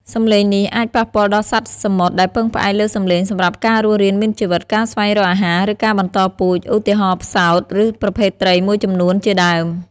សំឡេងទាំងនេះអាចប៉ះពាល់ដល់សត្វសមុទ្រដែលពឹងផ្អែកលើសំឡេងសម្រាប់ការរស់រានមានជីវិត ការស្វែងរកអាហារ ឬការបន្តពូជ ឧទាហរណ៍ ផ្សោត ឬប្រភេទត្រីមួយចំនួនជាដើម។